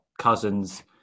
cousins